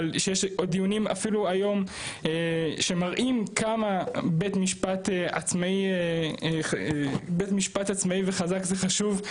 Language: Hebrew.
אבל שיש עוד דיונים אפילו היום שמראים כמה בית משפט עצמאי וחזק זה חשוב,